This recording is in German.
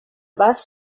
bass